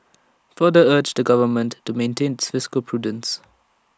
he further urged the government to maintain its fiscal prudence